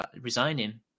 resigning